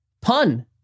Pun